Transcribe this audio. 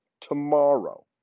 tomorrow